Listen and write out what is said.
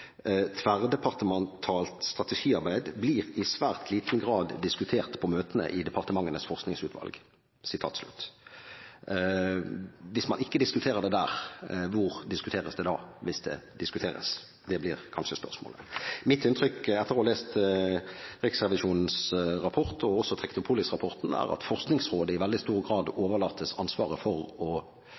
strategiarbeid blir i svært liten grad diskutert på møtene i departementenes forskningsutvalg.» Hvis man ikke diskuterer det der, hvor diskuteres det da – hvis det diskuteres. Det blir kanskje spørsmålet. Mitt inntrykk etter å ha lest Riksrevisjonens rapport og også Technopolis-rapporten, er at Forskningsrådet i veldig stor grad overlates ansvaret for å